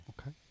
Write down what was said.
Okay